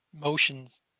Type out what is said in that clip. motions